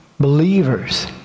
believers